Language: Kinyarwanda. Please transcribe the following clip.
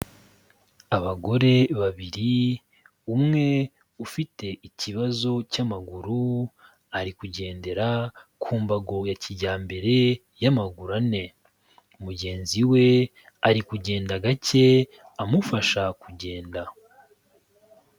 Abagore babiri, umwe ufite ikibazo cy'amaguru ari kugendera ku mbago ya kijyambere y'amaguru ane, mugenzi we ari kugenda gake amufasha kugenda.